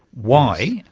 why?